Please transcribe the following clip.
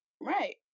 Right